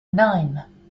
nine